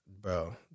bro